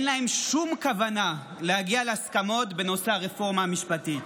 אין להם שום כוונה להגיע להסכמות בנושא הרפורמה המשפטית.